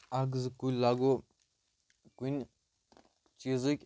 اکھ زٕ کُلۍ لاگو کُنہِ چیٖزٕکۍ